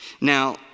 Now